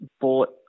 bought